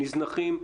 מוזנחים.